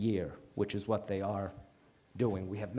year which is what they are doing we have